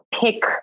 pick